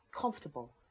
comfortable